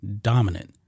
dominant